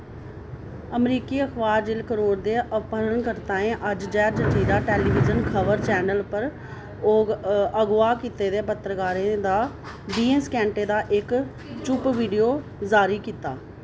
अमरीकी अखबार Jill Carroll दे अपहरणकर्ताएं अज्ज जैह् जजीरा टेलीविजन खबर चैनल उप्पर अगवाह् कीते दे पत्रकारें दा बीहें सकैंटें दा इक चुप्प वीडियो जारी कीता